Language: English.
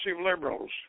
liberals